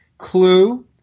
Clue